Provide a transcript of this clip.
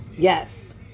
yes